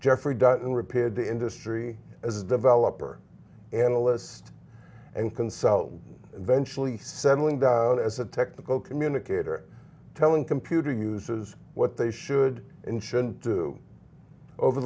jeffrey repaired the industry as a developer analyst and consultant eventually settling down as a technical communicator telling computer uses what they should and shouldn't do over